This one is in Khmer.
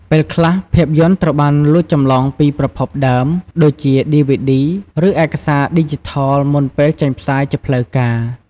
ពេលខ្លះ ភាពយន្តត្រូវបានលួចចម្លងពីប្រភពដើម ដូចជាឌីវីឌី ឬឯកសារឌីជីថលមុនពេលចេញផ្សាយជាផ្លូវការ។